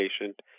patient